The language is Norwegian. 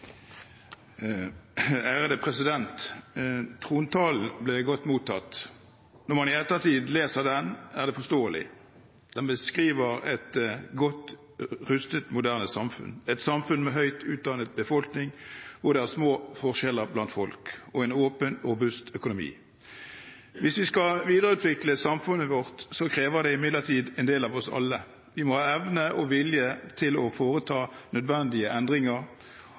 det forståelig. Den beskriver et godt rustet, moderne samfunn, et samfunn med en høyt utdannet befolkning, hvor det er små forskjeller blant folk, og en åpen, robust økonomi. Hvis vi skal videreutvikle samfunnet vårt, krever det imidlertid en del av oss alle. Vi må ha evne og vilje til å foreta nødvendige endringer